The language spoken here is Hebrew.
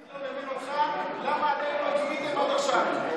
אני לא מבין אותך, למה אתם לא גיניתם עד עכשיו.